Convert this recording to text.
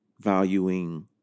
valuing